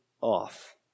off